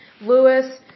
Lewis